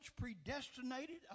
predestinated